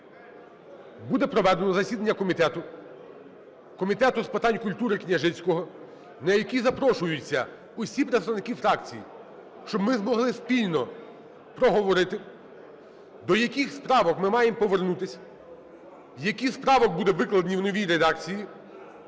буде проведено засідання комітету, Комітету з питань культури Княжицького, на який запрошуються усі представники фракцій, щоб ми змогли спільно проговорити, до яких з правок ми маємо повернутися, які з правок буде викладено в новій редакції,